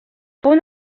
punt